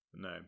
No